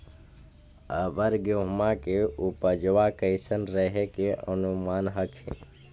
अबर गेहुमा के उपजबा कैसन रहे के अनुमान हखिन?